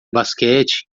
basquete